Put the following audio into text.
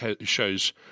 shows